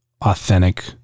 authentic